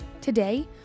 Today